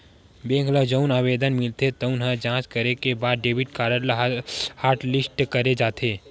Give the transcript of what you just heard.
bank ल जउन आवेदन मिलथे तउन ल जॉच करे के बाद डेबिट कारड ल हॉटलिस्ट करे जाथे